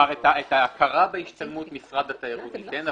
כלומר, את ההכרה בהשתלמות משרד התיירות ייתן.